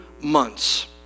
months